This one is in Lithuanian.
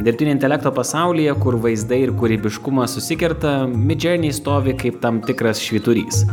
dirbtinio intelekto pasaulyje kur vaizdai ir kūrybiškumas susikerta midjourney stovi kaip tam tikras švyturys